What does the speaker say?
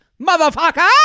motherfucker